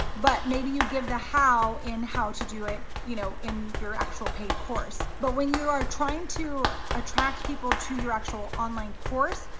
but maybe you give the how in how to do it, you know, in your actual paid course. but when you are trying to attract people to your actual online course,